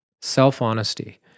Self-honesty